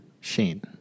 Shane